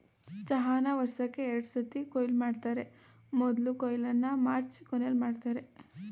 ಚಹಾನ ವರ್ಷಕ್ಕೇ ಎರಡ್ಸತಿ ಕೊಯ್ಲು ಮಾಡ್ತರೆ ಮೊದ್ಲ ಕೊಯ್ಲನ್ನ ಮಾರ್ಚ್ ಕೊನೆಲಿ ಮಾಡ್ತರೆ